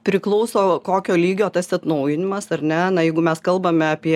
priklauso kokio lygio tas atnaujinimas ar ne na jeigu mes kalbame apie